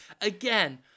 Again